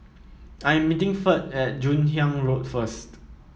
I am meeting Ferd at Joon Hiang Road first